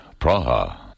Praha